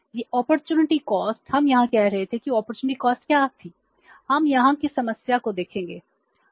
यह opportunity cost क्या थी हम यहां की समस्या को देखेंगे